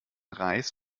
reis